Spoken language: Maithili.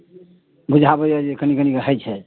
बुझाबै यऽ जे कनी कनी कऽ हय छै